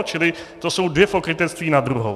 Čili to jsou dvě pokrytectví na druhou!